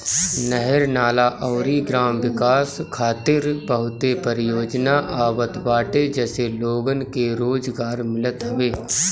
नहर, नाला अउरी ग्राम विकास खातिर बहुते परियोजना आवत बाटे जसे लोगन के रोजगार मिलत हवे